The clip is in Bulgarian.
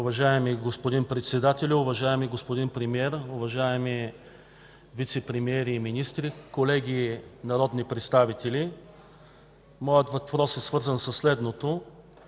Уважаеми господин Председателю, уважаеми господин Премиер, уважаеми вицепремиери и министри, колеги народни представители! Моят въпрос е свързан със следното: